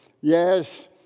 Yes